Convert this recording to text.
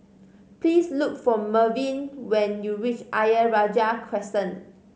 please look for Melvyn when you reach Ayer Rajah Crescent